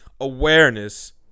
awareness